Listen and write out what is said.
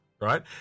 right